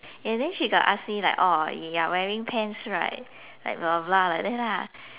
and then she got ask me like oh you are wearing pants right like blah blah blah like that lah